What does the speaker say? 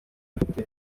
bafite